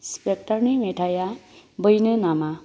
स्पेकटारनि मेथाया बैनो नामा